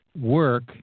work